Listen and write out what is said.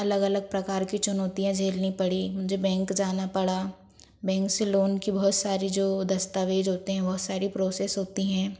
अलग अलग प्रकार की चुनौतियाँ झेलनी पड़ी मुझे बैंक जाना पड़ा बैंक से लोन की बहुत सारी जो दस्तावेज होते हैं बहुत सारी प्रोसेस होती हैं